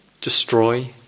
destroy